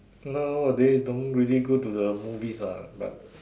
nowadays don't really go to the movies ah but